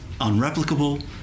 unreplicable